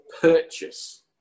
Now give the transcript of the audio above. purchase